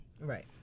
right